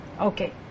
Okay